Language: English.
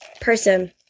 person